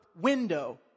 window